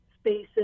spaces